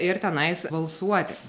ir tenais balsuoti